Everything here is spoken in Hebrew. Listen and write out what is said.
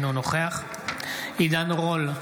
אינו נוכח עידן רול,